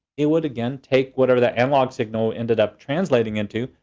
it would, again, take whatever that analog signal ended up translating into.